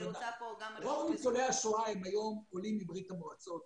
רוב ניצולי השואה הם היום עולים מברית המועצות